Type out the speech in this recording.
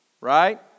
right